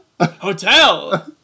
hotel